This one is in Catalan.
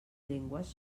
llengües